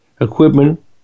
equipment